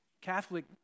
Catholic